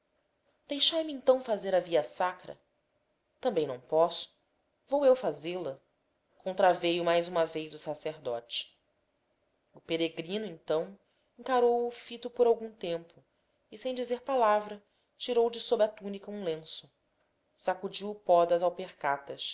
pregueis deixai-me então fazer a via sacra também não posso vou eu fazê-la contraveio mais uma vez o sacerdote o peregrino então encarou-o fito por algum tempo e sem dizer palavra tirou de sob a túnica um lenço sacudiu o